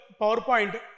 PowerPoint